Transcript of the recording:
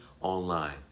online